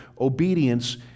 obedience